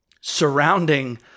surrounding